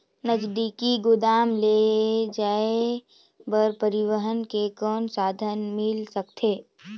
नजदीकी गोदाम ले जाय बर परिवहन के कौन साधन मिल सकथे?